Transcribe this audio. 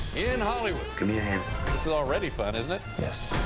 in hollywood. give this is already fun, isn't it? yes.